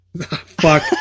Fuck